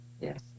Yes